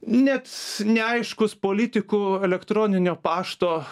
net neaiškūs politikų elektroninio pašto